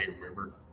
remember